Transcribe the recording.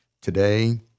today